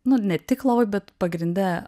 nu ne tik lovai bet pagrinde